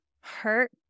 Hurt